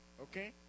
Okay